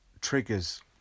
triggers